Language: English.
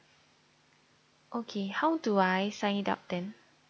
okay how do I sign up then